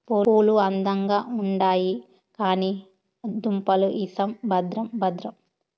పూలు అందంగా ఉండాయి కానీ దుంపలు ఇసం భద్రం భద్రం